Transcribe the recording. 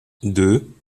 deux